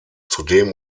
zudem